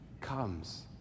comes